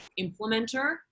implementer